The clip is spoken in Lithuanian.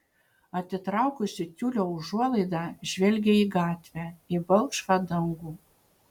atitraukusi tiulio užuolaidą žvelgia į gatvę į balkšvą dangų